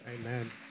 Amen